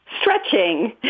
Stretching